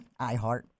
iHeart